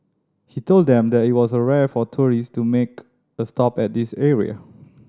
he told them that it was rare for tourist to make a stop at this area